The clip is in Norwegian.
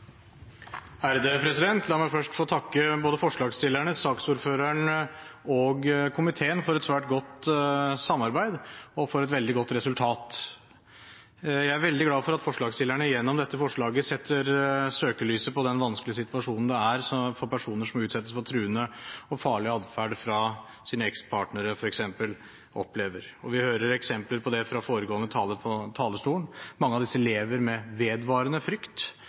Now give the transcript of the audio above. La meg først få takke både forslagsstillerne, saksordføreren og komiteen for et svært godt samarbeid og for et veldig godt resultat. Jeg er veldig glad for at forslagsstillerne gjennom dette forslaget setter søkelyset på den vanskelige situasjonen personer som utsettes for truende og farlig atferd fra sine ekspartnere, f.eks., opplever. Vi hørte eksempler på det fra foregående taler på talerstolen. Mange av disse lever med vedvarende frykt.